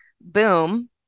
boom